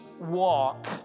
walk